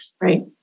right